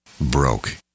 broke